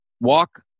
walk